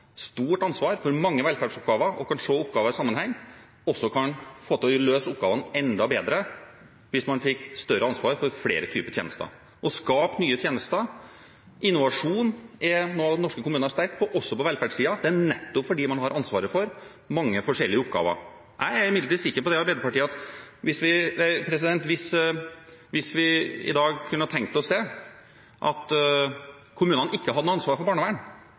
stort ansvar for mange velferdsoppgaver og kan se oppgaver i sammenheng, også kan få til å løse oppgavene enda bedre hvis de får større ansvar for flere typer tjenester. Å skape nye tjenester, innovasjon, er noe norske kommuner er sterke på, også på velferdssiden, og det er nettopp fordi de har ansvaret for mange forskjellige oppgaver. Jeg er imidlertid sikker på at hvis vi i dag hadde tenkt oss at kommunene ikke hadde noe ansvar for barnevern,